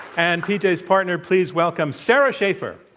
and pj's partner, please welcome sara schaefer.